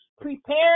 prepare